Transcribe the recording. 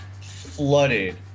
flooded